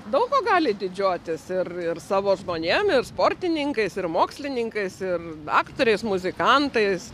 daug kuo gali didžiuotis ir ir savo žmonėm ir sportininkais ir mokslininkais ir aktoriais muzikantais